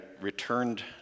returned